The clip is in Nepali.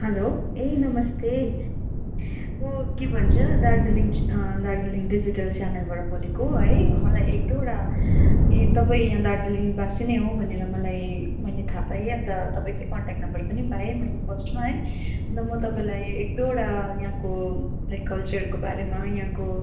हेलो ए नमस्ते म के भन्छ दार्जिलिङ दार्जिलिङ डिजिटल च्यानलबाट बोलेको है मलाई एक दुईवटा ए तपाईँ यहाँ दार्जिलिङबासी नै हो भनेर मलाई मैले थाहा पाएँ अन्त तपाईँकै कन्ट्याक्ट नम्बर पनि पाएँ मैले फर्स्टमा है अन्त म तपाईँलाई एक दुईवटा यहाँको लाइक कल्चरको बारेमा यहाँको